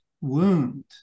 wound